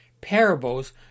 Parables